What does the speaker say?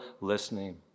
listening